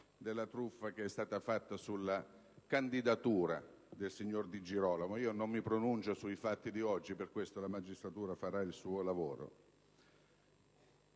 della truffa che è stata compiuta sulla candidatura del signor Di Girolamo. Non mi pronuncio sui fatti di oggi: per questo, la magistratura farà il suo lavoro.